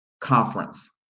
conference